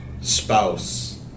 spouse